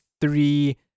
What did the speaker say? three